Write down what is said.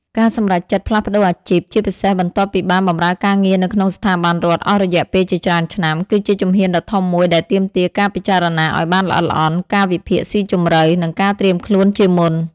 ការសម្រេចចិត្តផ្លាស់ប្តូរអាជីព ជាពិសេសបន្ទាប់ពីបានបម្រើការងារនៅក្នុងស្ថាប័នរដ្ឋអស់រយៈពេលជាច្រើនឆ្នាំ គឺជាជំហានដ៏ធំមួយដែលទាមទារការពិចារណាឱ្យបានល្អិតល្អន់ ការវិភាគស៊ីជម្រៅ និងការត្រៀមខ្លួនជាមុន។